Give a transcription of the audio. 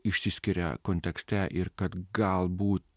išsiskiria kontekste ir kad galbūt